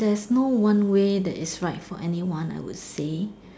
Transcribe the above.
there's no one way that is right for anyone I would say